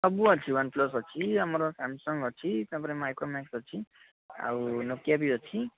ସବୁ ଅଛି ୱାନ୍ପ୍ଲସ୍ ଅଛି ଆମର ସାମସଙ୍ଗ୍ ଅଛି ତା'ପରେ ମାଇକ୍ରୋମାକ୍ସ ଅଛି ଆଉ ନୋକିଆ ବି ଅଛି